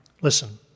Listen